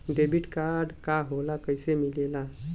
Debit card का होला कैसे मिलेला?